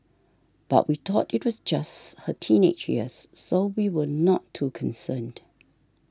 but we thought it was just her teenage years so we were not too concerned